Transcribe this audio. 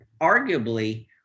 arguably